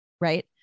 right